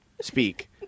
speak